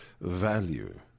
value